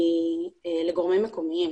היא לגורמים מקומיים,